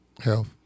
health